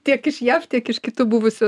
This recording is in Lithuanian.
tiek iš jav tiek iš kitų buvusių